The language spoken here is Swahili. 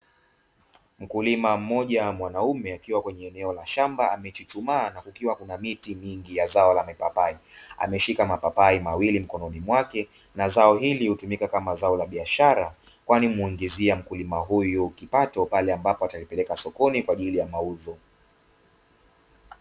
Mkulima mmoja mwanaume, akiwa kwenye eneo la shamba amechuchumaa na kukiwa kuna miti mingi ya zao la mipapai, ameshika mapapai mawili mkononi mwake, na zao hili hutumika kama zao la biashara kwani humuingizia mkulima huyu kipato pale ambapo ataipeleka sokoni kwa ajili ya mauzo.